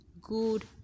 good